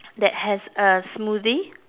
that has a smoothie